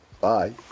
Bye